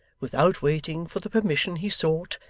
without waiting for the permission he sought,